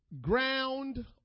ground